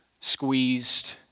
squeezed